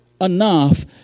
Enough